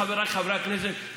חבריי חברי הכנסת,